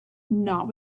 not